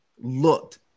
looked